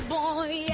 Boy